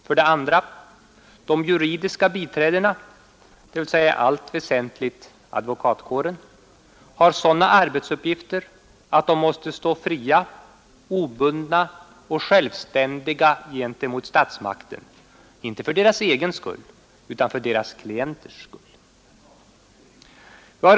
För det andra har de juridiska biträdena, dvs. i allt väsentligt advokatkåren, sådana arbetsuppgifter att de måste stå fria, obundna och självständiga gentemot statsmakten — inte för sin egen skull, utan för sina klienters skull.